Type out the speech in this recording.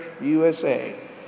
USA